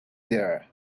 there